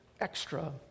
extra